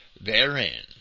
therein